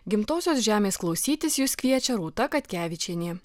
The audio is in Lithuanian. gimtosios žemės klausytis jus kviečia rūta katkevičienė